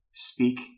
speak